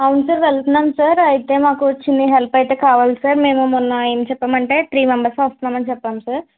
అవును సార్ వెళ్తున్నాం సార్ అయితే మాకు చిన్న హెల్ప్ అయితే కావలి సార్ మేము మొన్న ఏం చెప్పాం అంటే త్రీ మెంబర్స్ వస్తున్నాం అని చెప్పాం సార్